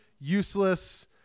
useless